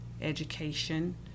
education